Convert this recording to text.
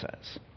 says